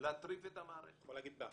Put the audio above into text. להטריף את המערכת.